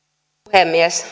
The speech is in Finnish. puhemies